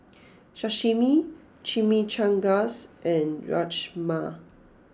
Sashimi Chimichangas and Rajma